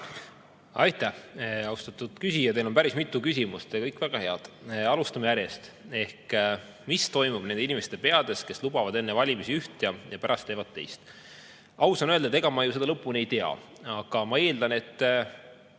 Aitäh, austatud küsija! Teil oli päris mitu küsimust ja kõik väga head. [Võtame] järjest. Mis toimub nende inimeste peades, kes lubavad enne valimisi üht ja pärast teevad teist? Aus on öelda, et ega ma ju seda lõpuni ei tea. Aga ma eeldan, et